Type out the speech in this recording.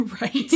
Right